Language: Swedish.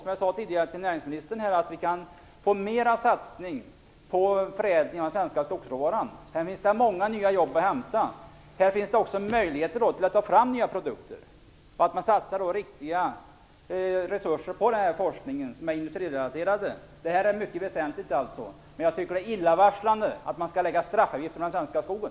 Som jag tidigare sade till näringsministern hoppas jag att vi kan få en större satsning på förädling av den svenska skogsråvaran. Här finns det många nya jobb att hämta. Här finns det också möjligheter att ta fram nya produkter, om man satsar riktiga resurser på denna forskning som är industrirelaterad. Detta är mycket väsentligt. Men jag tycker att det är illavarslande att man skall lägga straffavgifter på den svenska skogen.